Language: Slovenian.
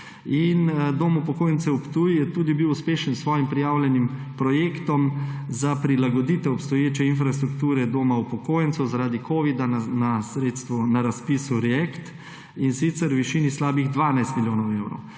Dom upokojencev Ptuj je tudi bil uspešen s svojim prijavljenim projektom za prilagoditev obstoječe infrastrukture doma upokojencev zaradi covida-19 na razpisu React, in sicer v višini slabih 12 milijonov evrov.